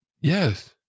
Yes